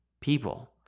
people